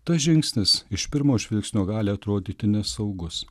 tas žingsnis iš pirmo žvilgsnio gali atrodyti nesaugus